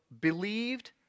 believed